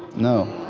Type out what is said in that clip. no.